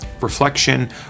reflection